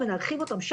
בהקדם.